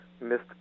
missed